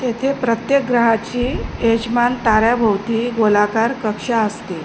येथे प्रत्येक ग्रहाची यजमान ताऱ्याभोवती गोलाकार कक्षा असते